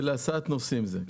הוא גם להסעת נוסעים.